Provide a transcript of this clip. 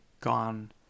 gone